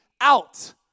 out